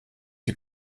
die